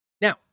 Now